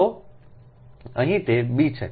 તો અહીં તે b છે